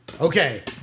Okay